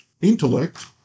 Intellect